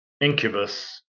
Incubus